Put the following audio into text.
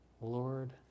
Lord